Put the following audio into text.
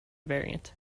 variant